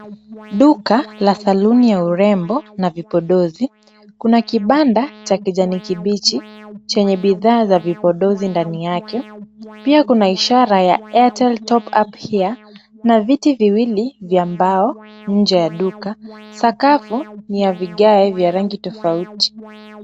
Duka la saluni ya urembo na vipodozi, kuna kibanda cha kijani kibichi chenye bidhaa za vipodozi ndani yake. Pia kuna ishara ya Airtel top up here na viti viwili vya mbao nje ya duka. Sakafu ni ya vigae vya rangi tofauti.